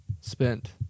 spent